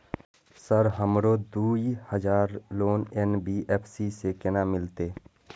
Sir हमरो दूय हजार लोन एन.बी.एफ.सी से केना मिलते?